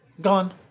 gone